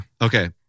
Okay